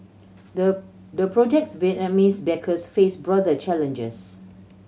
the the project's Vietnamese backers face broader challenges